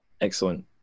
excellent